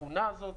לשכונה הזאת